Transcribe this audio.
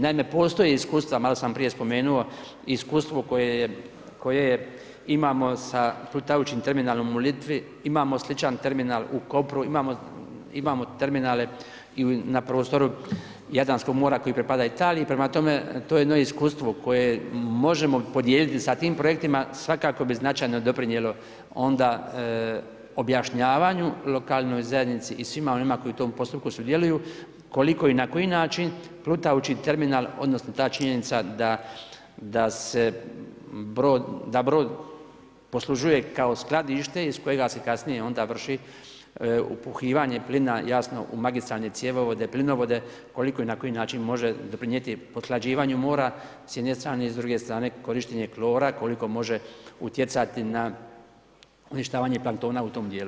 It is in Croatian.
Naime, postoje iskustva, malo sam prije spomenuo iskustvo koje imamo sa plutajućim terminalom u Litvi, imamo sličan terminal u Kopru, imamo terminale i na prostoru Jadranskog mora koji pripada Italiji, prema tome to je jedno iskustvo koje možemo podijeliti sa tim projektima svakako bi značajno doprinijelo onda objašnjavanju lokalnoj zajednici i svima onima koji u tom postupku sudjeluju koliko i na koji način plutajući terminal odnosno ta činjenica da se brod, da brod poslužuje kao skladište iz kojega se kasnije onda vrši upuhivanje plina, jasno u magistralne cjevovode, plinovode, koliko i na koji način može doprinijeti pothlađivanju mora s jedne strane i s druge strane korištenje klora, koliko može utjecati na uništavanje planktona na tom dijelu.